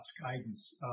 guidance